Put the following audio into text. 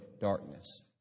darkness